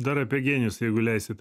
dar apie genijus jeigu leisit